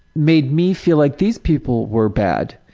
made me feel like these people were bad.